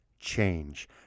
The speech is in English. change